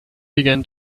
began